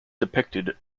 depicted